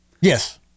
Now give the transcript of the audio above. Yes